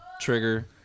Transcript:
trigger